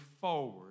forward